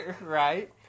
Right